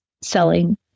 selling